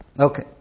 Okay